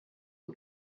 who